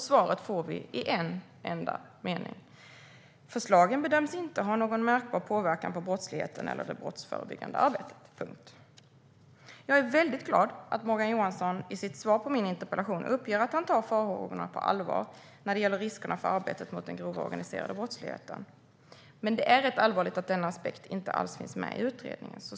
Svaret får vi i en enda mening: Förslagen bedöms inte ha någon märkbar påverkan på brottsligheten eller det brottsförebyggande arbetet. Punkt. Jag är väldigt glad att Morgan Johansson i sitt svar på min interpellation uppger att han tar farhågorna på allvar när det gäller riskerna för arbetet mot den grova organiserade brottsligheten. Men det är rätt allvarligt att denna aspekt inte alls finns med i utredningen.